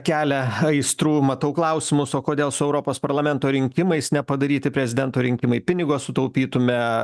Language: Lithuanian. kelia aistrų matau klausimus o kodėl su europos parlamento rinkimais nepadaryti prezidento rinkimai pinigo sutaupytume